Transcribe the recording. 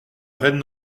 reine